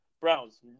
Browns